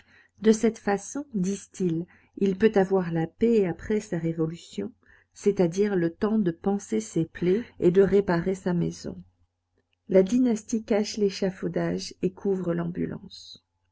de cette façon disent-ils il peut avoir la paix après sa révolution c'est-à-dire le temps de panser ses plaies et de réparer sa maison la dynastie cache l'échafaudage et couvre l'ambulance